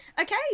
Okay